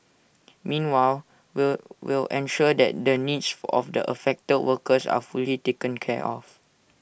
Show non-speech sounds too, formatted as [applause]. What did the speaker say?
meanwhile will will ensure that the needs [unintelligible] of the affected workers are fully taken care of